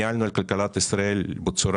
ניהלנו את כלכלת ישראל בצורה